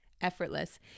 effortless